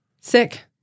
sick